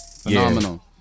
Phenomenal